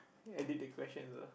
edit the questions ah